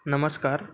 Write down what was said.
નમસ્કાર